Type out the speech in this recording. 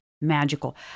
Magical